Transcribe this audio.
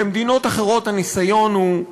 במדינות אחרות הניסיון הוא,